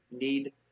need